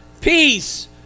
Peace